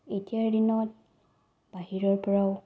এতিয়াৰ দিনত বাহিৰৰ পৰাও